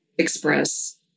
express